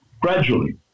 gradually